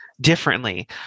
differently